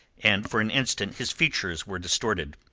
and for an instant his features were distorted.